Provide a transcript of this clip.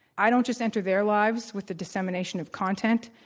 i don't just enter their lives with the dissemination of content.